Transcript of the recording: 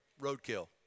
Roadkill